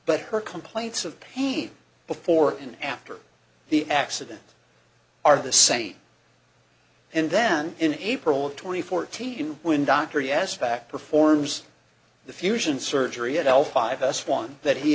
but her complaints of pain before and after the accident are the same and then in april twenty fourth when dr yes back performs the fusion surgery at all five us one that he